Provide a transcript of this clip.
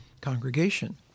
congregation